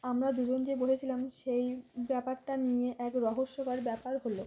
আমরা দুজন যে বলেসেছিলাম সেই ব্যাপারটা নিয়ে এক রহস্যকর ব্যাপার হলো